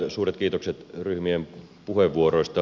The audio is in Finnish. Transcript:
suuret kiitokset ryhmien puheenvuoroista